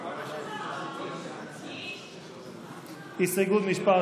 הסתייגות מס'